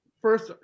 first